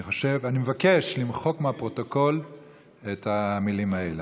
אני מבקש למחוק מהפרוטוקול את המילים האלה.